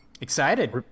excited